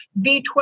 B12